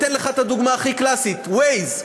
אני אתן לך את הדוגמה הכי קלאסית: Waze.